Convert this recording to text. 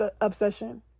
Obsession